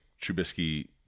Trubisky